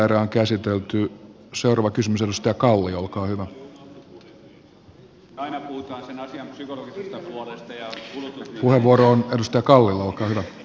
eihän se nyt mikään huono asia tässä mielessä ole